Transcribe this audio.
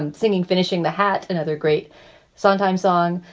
um singing finishing the hat. another great sondheim song.